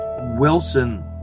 Wilson